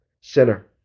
sinner